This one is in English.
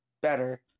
better